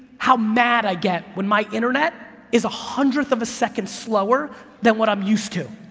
how mad i get when my internet is a hundredth of a second slower than what i'm used to.